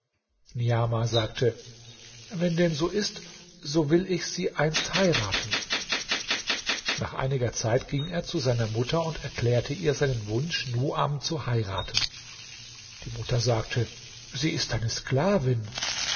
niamah sagte wenn dem so ist so will ich sie einst heiraten nach einiger zeit ging er zu seiner mutter und erklärte ihr seinen wunsch nuam zu heiraten die mutter sagte sie ist deine sklavin